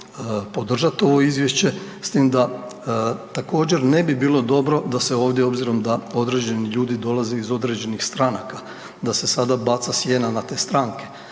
podržati ovo izvješće s tim da također ne bi bilo dobro da se ovdje obzirom da određeni ljudi dolaze iz određenih stranaka, da se sada baca sjena na te stranke